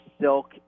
Silk